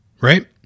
right